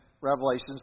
Revelations